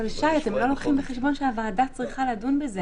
שי, אתם לא לוקחים בחשבון שהועדה צריכה לדון בזה.